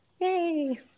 Yay